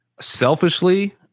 Selfishly